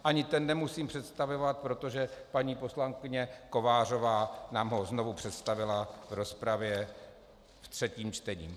Ani ten nemusím představovat, protože paní poslankyně Kovářová nám ho znovu představila v rozpravě ve třetím čtení.